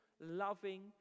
Loving